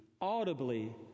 audibly